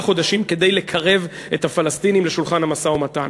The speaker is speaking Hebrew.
חודשים כדי לקרב את הפלסטינים לשולחן המשא-ומתן.